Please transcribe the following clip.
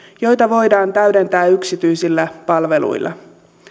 joita voidaan täydentää yksityisillä palveluilla